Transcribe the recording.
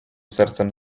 sercem